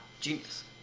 Genius